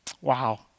Wow